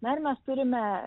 dar mes turime